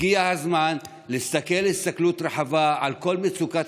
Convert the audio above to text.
הגיע הזמן להסתכל הסתכלות רחבה על כל מצוקת